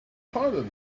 pardon